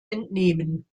entnehmen